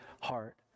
heart